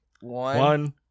One